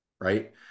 right